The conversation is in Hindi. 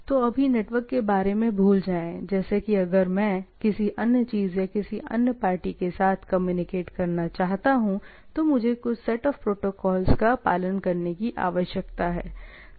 तो अभी नेटवर्क के बारे में भूल जाएंजैसे कि अगर मैं किसी अन्य चीज़ या किसी अन्य पार्टी के साथ कम्युनिकेट करना चाहता हूं तो मुझे कुछ सेट ऑफ प्रोटोकॉल्स का पालन करने की आवश्यकता है